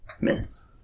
Miss